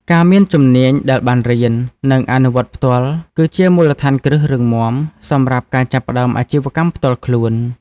ការមានជំនាញដែលបានរៀន និងអនុវត្តផ្ទាល់ គឺជា មូលដ្ឋានគ្រឹះរឹងមាំ សម្រាប់ការចាប់ផ្តើមអាជីវកម្មផ្ទាល់ខ្លួន។